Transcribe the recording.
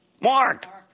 Mark